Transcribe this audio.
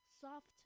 soft